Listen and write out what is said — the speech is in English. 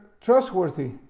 trustworthy